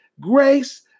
grace